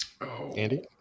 Andy